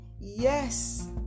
yes